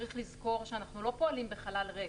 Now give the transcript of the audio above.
צריך לזכור שאנחנו לא פועלים בחלל ריק.